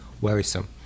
worrisome